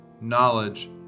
knowledge